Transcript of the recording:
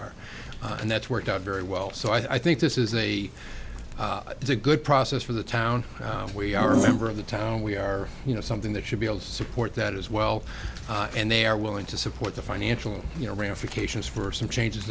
are and that's worked out very well so i think this is a it's a good process for the town we are a member of the town we are you know something that should be able to support that as well and they are willing to support the financial you know ramifications for some changes